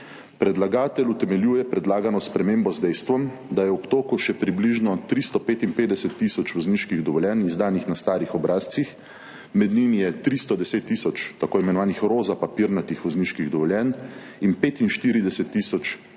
Predlagatelj utemeljuje predlagano spremembo z dejstvom, da je v obtoku še približno 355 tisoč vozniških dovoljenj, izdanih na starih obrazcih, med njimi je 310 tisoč tako imenovanih roza papirnatih vozniških dovoljenj in 45 tisoč